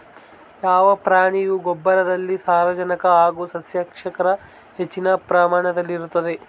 ಯಾವ ಪ್ರಾಣಿಯ ಗೊಬ್ಬರದಲ್ಲಿ ಸಾರಜನಕ ಹಾಗೂ ಸಸ್ಯಕ್ಷಾರ ಹೆಚ್ಚಿನ ಪ್ರಮಾಣದಲ್ಲಿರುತ್ತದೆ?